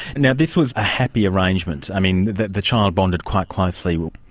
now, this was a happy arrangement. i mean, the the child bonded quite closely. well,